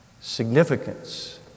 significance